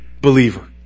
believer